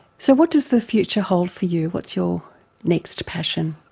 so what does the future hold for you, what's your next passion?